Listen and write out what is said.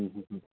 હં હં